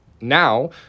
now